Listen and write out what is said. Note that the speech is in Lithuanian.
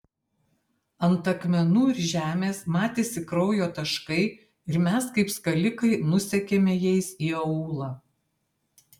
ant akmenų ir žemės matėsi kraujo taškai ir mes kaip skalikai nusekėme jais į aūlą